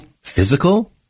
physical